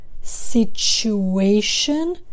situation